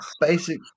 basic